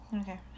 Okay